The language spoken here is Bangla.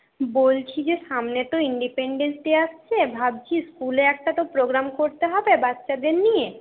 বলছি যে সামনে তো ইন্ডিপেন্ডেন্স ডে আসছে ভাবছি স্কুলে একটা তো পোগ্রাম করতে হবে বাচ্চাদের নিয়ে